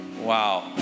Wow